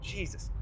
Jesus